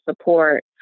support